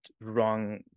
wrong